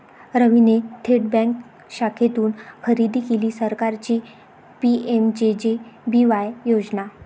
रवीने थेट बँक शाखेतून खरेदी केली सरकारची पी.एम.जे.जे.बी.वाय योजना